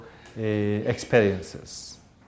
experiences